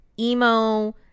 emo